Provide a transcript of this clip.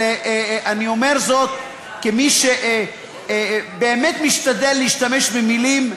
אני אומר זאת כמי שבאמת משתדל להשתמש במילים,